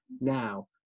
Now